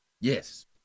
Yes